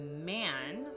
man